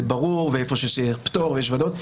זה ברור ואיפה שיש פטור יש ועדות,